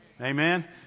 Amen